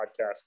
podcast